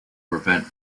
prevent